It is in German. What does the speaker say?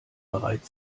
bereit